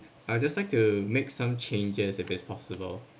I would just like to make some changes if it's possible